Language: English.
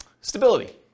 Stability